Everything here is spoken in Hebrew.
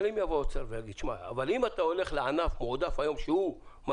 אם יבוא האוצר ויגיד שאם אתה הולך לענף מועדף אז אני